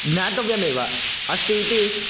ज्ञातव्यमेव अस्ति इति